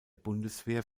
bundeswehr